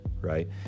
right